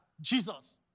Jesus